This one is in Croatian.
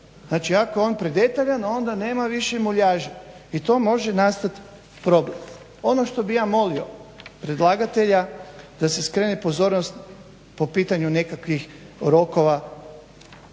Znači ako je on predetaljan onda nema više muljaže i to može nastati problem. Ono što bih ja molio predlagatelja da se skrene pozornost po pitanju nekakvih rokova